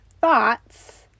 thoughts